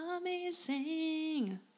amazing